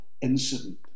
incident